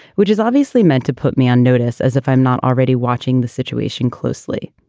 which is obviously meant to put me on notice as if i'm not already watching the situation closely.